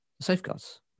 safeguards